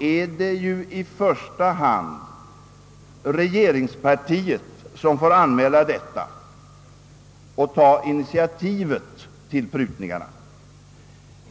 är det i första hand regeringspartiet som får anmäla detta och ta initiativet till prutningar.